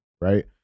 right